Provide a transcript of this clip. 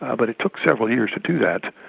ah but it took several years to do that.